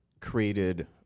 created